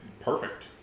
perfect